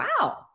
wow